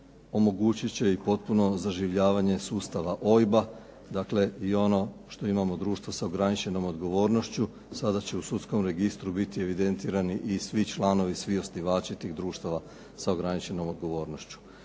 omogućit će i potpuno zaživljavanje sustava OIB-a, dakle i ono što imamo društvo sa ograničeno odgovornošću sada će u Sudskom registru biti evidentirani i svi članovi, svi osnivači tih društava sa ograničenom odgovornošću.